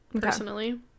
personally